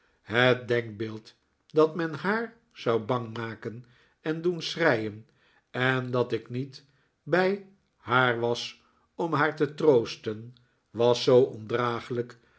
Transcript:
het denkbeeld dat men haar zou bangmaken en doen schreien en dat ik niet bij haar was om haar te troosten was zoo